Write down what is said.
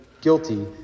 guilty